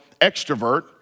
extrovert